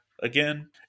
again